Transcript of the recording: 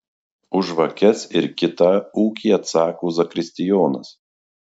už žvakes ir kitą ūkį atsako zakristijonas